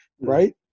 right